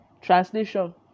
translation